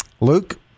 Luke